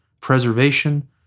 preservation